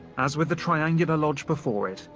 as with the triangular lodge before it,